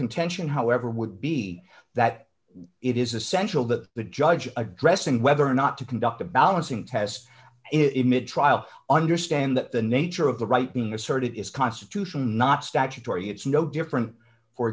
contention however would be that it is essential that the judge addressing whether or not to conduct a balancing test in mid trial understand that the nature of the writing the sort of is constitution not statutory it's no different for